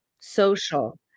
social